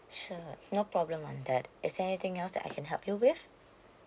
sure no problem on that is there anything else that I can help you with